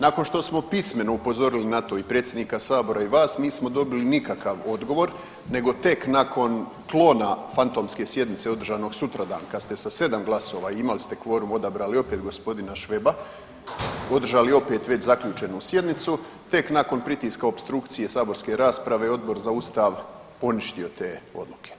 Nakon što smo pismeno upozorili na to i predsjednika sabora i vas nismo dobili nikakav odgovor nego tek nakon klona fantomske sjednice održanog sutradan kad ste sa 7 glasova, imali ste kvorum, odabrali opet g. Šveba, održali opet već zaključenu sjednicu, tek nakon pritiska opstrukcije saborske rasprave Odbor za ustav je poništio te odluke.